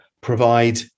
provide